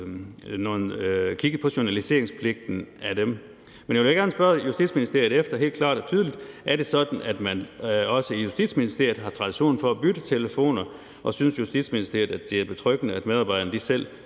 kigget på journaliseringspligten for dem. Men jeg vil gerne spørge justitsministeren helt klart og tydeligt: Er det sådan, at man også i Justitsministeriet har tradition for at bytte telefoner, og synes justitsministeren, at det er betryggende, at medarbejderne selv